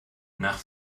nach